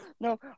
No